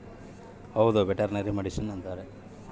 ಧನಗುಳಿಗೆ ಕೊಡೊ ಔಷದಿಗುಳ್ನ ವೆರ್ಟನರಿ ಮಡಿಷನ್ ಅಂತಾರ